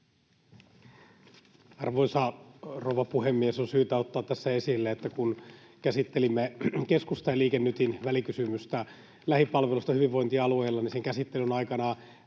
Arvoisa rouva puhemies! On syytä ottaa tässä esille, että kun käsittelimme keskustan ja Liike Nytin välikysymystä lähipalveluista hyvinvointialueilla, niin sen käsittelyn aikana